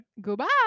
Goodbye